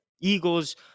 Eagles